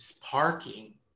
parking